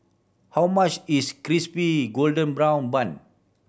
how much is Crispy Golden Brown Bun